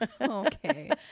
Okay